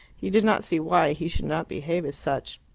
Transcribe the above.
he did not see why he should not behave as such.